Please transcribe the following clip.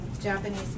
Japanese